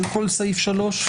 על כל סעיף (3)?